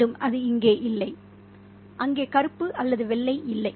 மீண்டும் அது இங்கே இல்லை அங்கே கருப்பு அல்லது வெள்ளை இல்லை